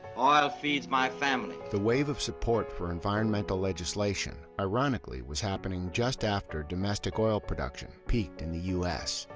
oil feeds my family. the wave of support for environmental legislation, ironically, was happening just after domestic oil production peaked in the u s,